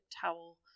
towel